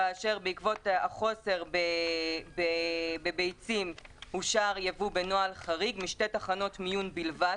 כאשר בעקבות החוסר בביצים אושר יבוא בנוהל חריג משתי תחנות מיון בלבד,